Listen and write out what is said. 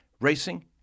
Racing